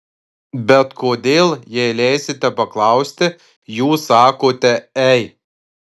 bet kodėl jei leisite paklausti jūs sakote ei